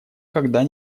когда